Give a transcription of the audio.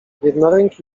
jednoręki